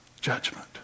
judgment